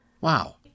Wow